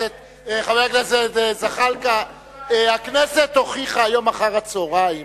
חבר הכנסת זחאלקה, הכנסת הוכיחה היום אחר-הצהריים